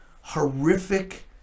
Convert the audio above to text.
horrific